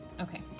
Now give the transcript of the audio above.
Okay